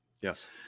yes